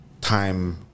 time